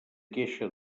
queixa